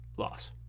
loss